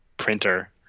printer